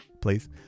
please